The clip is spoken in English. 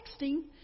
texting